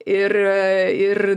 ir ir